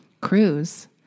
cruise